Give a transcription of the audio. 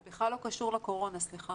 זה בכלל לא קשור לקורונה, סליחה.